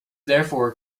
therefore